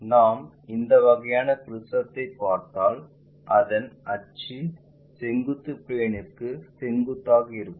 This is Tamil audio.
நாம் இந்த வகையான ப்ரிஸத்தைப் பார்த்தால் இதன் அச்சு செங்குத்து பிளேன்ற்கு செங்குத்தாக இருக்கும்